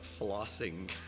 flossing